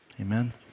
Amen